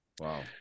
Wow